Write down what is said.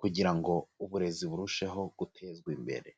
kugira ngo uburezi burusheho gutezwa imbere.